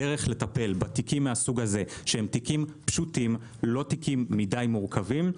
הדרך לטפל בתיקים מהסוג הזה שהם תיקים פשוטים ולא מידי מורכבים,